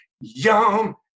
yum